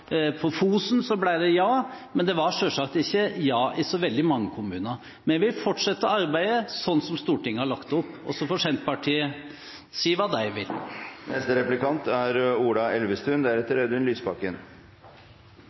På Fosen ble det ja, men det var selvsagt ikke ja i så veldig mange kommuner. Vi vil fortsette arbeidet sånn som Stortinget har lagt det opp, og så får Senterpartiet si hva de vil.